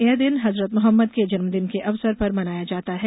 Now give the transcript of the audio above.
यह दिन हजरत मुहम्मद के जन्मदिन के अवसर पर मनाया जाता है